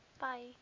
Bye